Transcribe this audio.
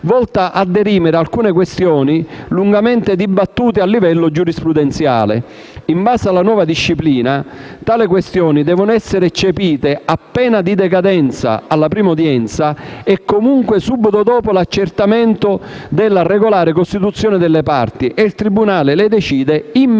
volta a dirimere alcune questioni lungamente dibattute a livello giurisprudenziale. In base alla nuova disciplina, tali questioni devono essere eccepite a pena di decadenza alla prima udienza, e comunque subito dopo l'accertamento della regolare costituzione delle parti, e il tribunale le decide immediatamente.